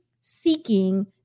seeking